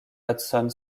hudson